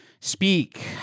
speak